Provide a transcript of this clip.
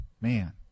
Man